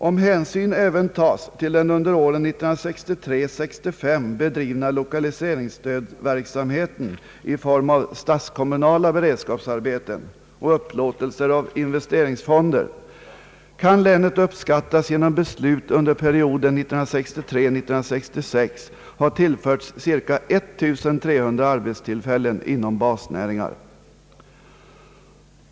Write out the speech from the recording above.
Om hänsyn även tages till den under åren 1963—1965 bedrivna lokaliseringsstödverksamheten i form av statskommunala beredskapsarbeten och upplåtelser av investeringsfonder, kan länet uppskattas ha genom beslut under perioden 1963—1966 tillförts cirka 1300 arbetstillfällen inom basnäringar.